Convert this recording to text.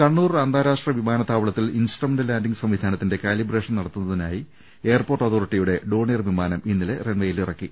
കണ്ണൂർ അന്താരാഷ്ട്ര വിമാനത്താവളത്തിൽ instrument landing സംവിധാനത്തിന്റെ കാലിബ്രേഷൻ നടത്തുന്നതിനായി എയർപോർട്ട് അതോറിറ്റിയുടെ ഡോണിയർ വിമാനം ഇന്നലെ റൺവേയിലിറങ്ങി